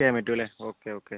ചെയ്യാൻ പറ്റുമല്ലേ okay okay